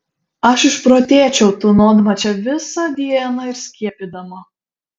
aš išprotėčiau tūnodama čia visą dieną ir skiepydama